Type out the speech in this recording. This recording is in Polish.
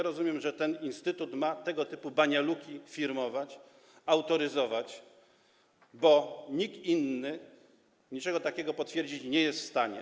Rozumiem, że ten instytut ma tego typu banialuki firmować, autoryzować, bo nikt inny niczego takiego potwierdzić nie jest w stanie.